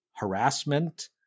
Harassment